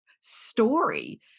story